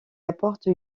apporte